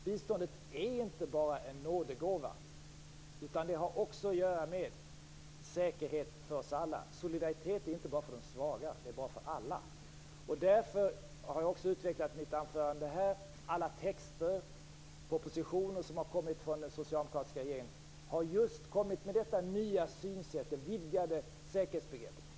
Biståndet är inte bara en nådegåva, utan det har också att göra med säkerhet för oss alla. Solidaritet är inte bara för de svaga, utan det är bra för alla. Därför har - som jag har utvecklat i mitt anförande - alla texter och propositioner som kommit från den socialdemokratiska regeringen detta nya synsätt och vidgade säkerhetsbegrepp.